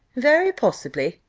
very possibly!